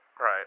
right